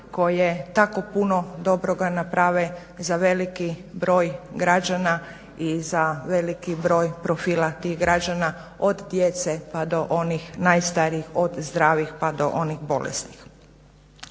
koje tako puno dobroga naprave za veliki broj građana i za veliki broj profila tih građana od djece pa do onih najstarijih, od zdravijih pa do onih bolesnih.